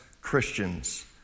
Christians